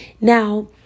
Now